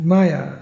Maya